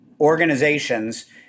organizations